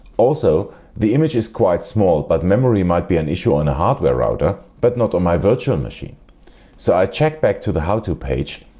also the image is quite small but memory might be an issue on a hardware router but not on my virtual machine so i check back to the howto page,